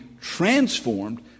transformed